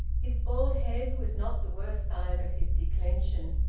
his bald head was not the worst sign of his declension,